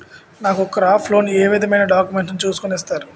నాకు crop loan ఏ విధమైన డాక్యుమెంట్స్ ను చూస్కుని ఇస్తారు?